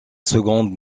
seconde